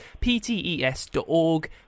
PTES.org